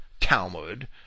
Talmud